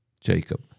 Jacob